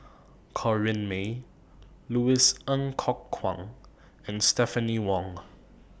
Corrinne May Louis Ng Kok Kwang and Stephanie Wong